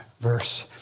verse